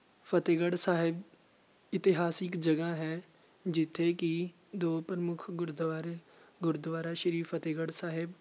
ਫਤਿਹਗੜ੍ਹ ਸਾਹਿਬ ਇਤਿਹਾਸਿਕ ਜਗ੍ਹਾ ਹੈ ਜਿੱਥੇ ਕਿ ਦੋ ਪ੍ਰਮੁੱਖ ਗੁਰਦੁਆਰੇ ਗੁਰਦੁਆਰਾ ਸ਼੍ਰੀ ਫਤਿਹਗੜ੍ਹ ਸਾਹਿਬ